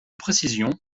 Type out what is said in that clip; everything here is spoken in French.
précisions